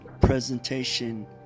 presentation